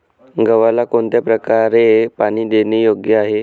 गव्हाला कोणत्या प्रकारे पाणी देणे योग्य आहे?